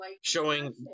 showing